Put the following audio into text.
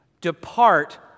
Depart